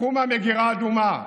לקחו מהמגירה אדומה,